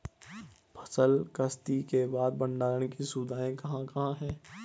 फसल कत्सी के बाद भंडारण की सुविधाएं कहाँ कहाँ हैं?